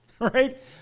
right